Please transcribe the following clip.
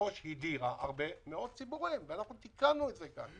שמראש הדירה ציבור רחב ואנחנו תיקנו את זה כאן.